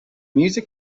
music